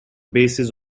basis